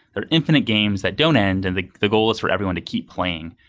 there are infinite games that don't end and the the goal is for everyone to keep playing.